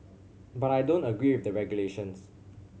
but I don't agree with the regulations